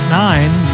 nine